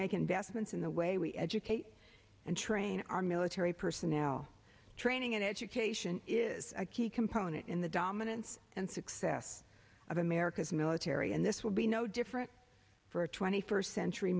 make investments in the way we educate and train our military personnel training and education is a key component in the dominance and success of america's military and this will be no different for a twenty first century